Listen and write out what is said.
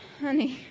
Honey